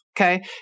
okay